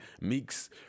Meek's